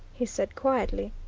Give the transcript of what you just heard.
he said quietly.